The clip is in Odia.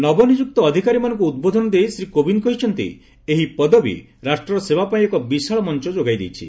ନବନିଯୁକ୍ତ ଅଧିକାରୀମାନଙ୍କୁ ଉଦ୍ବୋଧନ ଦେଇ ଶ୍ରୀ କୋବିନ୍ଦ୍ କହିଛନ୍ତି ଏହି ପଦବୀ ରାଷ୍ଟ୍ରର ସେବାପାଇଁ ଏକ ବିଶାଳ ମଞ୍ଚ ଯୋଗାଇ ଦେଇଛି